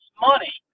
money